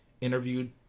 interviewed